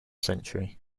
century